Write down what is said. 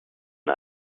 mit